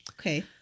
Okay